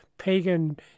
pagan